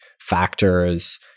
factors